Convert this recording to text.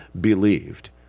believed